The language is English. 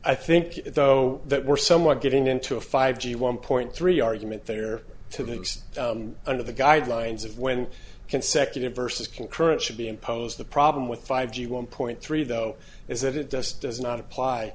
i think though that we're somewhat getting into a five g one point three argument there to the next under the guidelines of when consecutive versus concurrent should be imposed the problem with five g one point three though is that it does does not apply